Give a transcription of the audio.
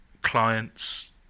clients